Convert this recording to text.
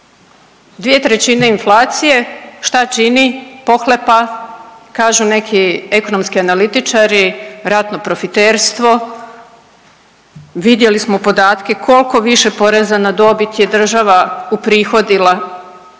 eto, 2/3 inflacije, šta čini, pohlepa, kažu neki ekonomski analitičari, ratno profiterstvo, vidjeli smo podatke koliko više poreza na dobit je država uprihodila.